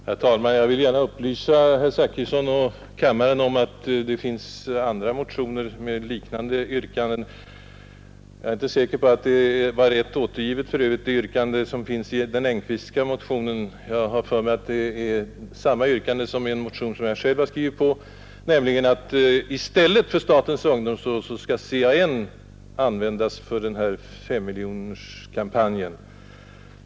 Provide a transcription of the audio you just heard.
Herr talman! Jag vill gärna upplysa herr Zachrisson och kammaren om att det finns andra motioner med liknande yrkanden. Jag är inte säker på att yrkandet i den Engkvistska motionen var rätt återgivet. Jag har för mig att det är fråga om samma yrkande som görs i en motion jag själv undertecknat, nämligen att CAN skall användas som huvudman i stället för statens ungdomsråd när det gäller den här 5S-miljonerskampanjen.